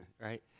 right